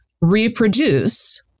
reproduce